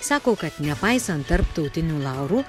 sako kad nepaisant tarptautinių laurų